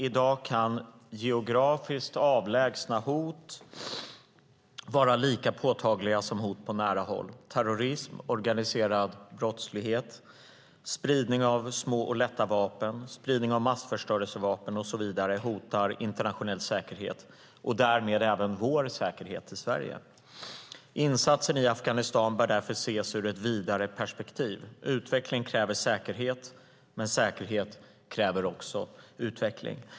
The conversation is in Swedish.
I dag kan geografiskt avlägsna hot vara lika påtagliga som hot på nära håll. Terrorism, organiserad brottslighet, spridning av små och lätta vapen, spridning av massförstörelsevapen och så vidare hotar internationell säkerhet och därmed även vår säkerhet i Sverige. Insatsen i Afghanistan bör därför ses ur ett vidare perspektiv. Utveckling kräver säkerhet, men säkerhet kräver också utveckling.